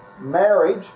marriage